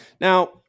Now